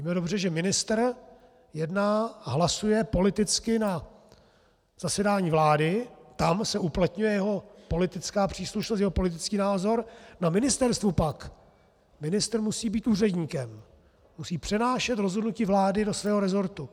Víme dobře, že ministr jedná a hlasuje politicky na zasedání vlády, tam se uplatňuje jeho politická příslušnost, jeho politický názor a na ministerstvu pak ministr musí být úředníkem, musí přenášet rozhodnutí vlády do svého rezortu.